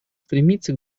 стремиться